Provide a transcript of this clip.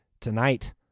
tonight